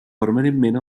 permanentment